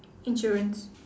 insurance